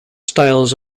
styles